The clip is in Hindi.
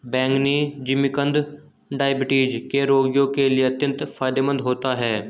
बैंगनी जिमीकंद डायबिटीज के रोगियों के लिए अत्यंत फायदेमंद होता है